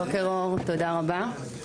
בוקר טוב, תודה רבה.